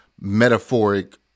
metaphoric